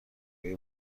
های